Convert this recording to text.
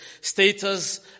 status